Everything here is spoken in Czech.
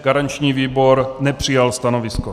Garanční výbor nepřijal stanovisko.